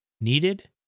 needed